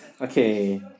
Okay